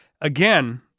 Again